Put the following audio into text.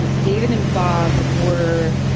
david and bob were.